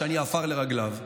שאני עפר לרגליו,